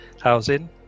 Housing